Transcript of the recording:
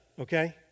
okay